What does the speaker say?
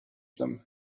them